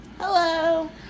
Hello